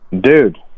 Dude